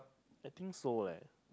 I think so leh